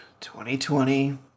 2020